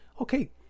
okay